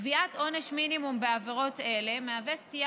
קביעת עונש מינימום בעבירות אלה מהווה סטייה